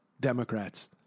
Democrats